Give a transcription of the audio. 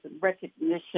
recognition